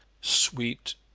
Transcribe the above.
sweet